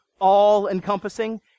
all-encompassing